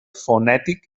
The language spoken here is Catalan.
fonètic